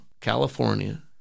California